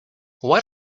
what